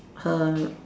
her